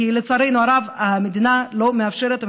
כי לצערנו הרב המדינה לא מאפשרת,